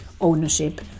ownership